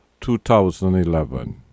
2011